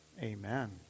Amen